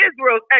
Israel's